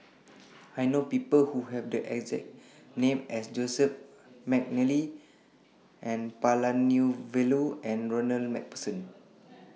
I know People Who Have The exact name as Joseph Mcnally N Palanivelu and Ronald MacPherson